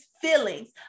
feelings